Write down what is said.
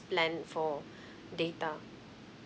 plan for data